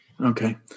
Okay